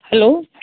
hello